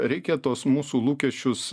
reikia tuos mūsų lūkesčius